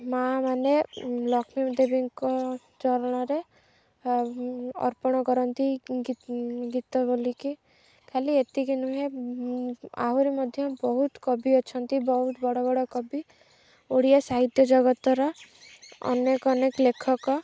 ମା ମାନେ ଲକ୍ଷ୍ମୀ ଦେବୀଙ୍କ ଚରଣରେ ଅର୍ପଣ କରନ୍ତି ଗୀତ ବୋଲିକି ଖାଲି ଏତିକି ନୁହେଁ ଆହୁରି ମଧ୍ୟ ବହୁତ କବି ଅଛନ୍ତି ବହୁତ ବଡ଼ ବଡ଼ କବି ଓଡ଼ିଆ ସାହିତ୍ୟ ଜଗତର ଅନେକ ଅନେକ ଲେଖକ